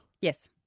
Yes